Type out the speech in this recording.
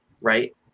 right